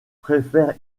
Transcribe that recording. préfère